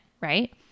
right